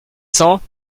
cents